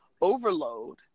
overload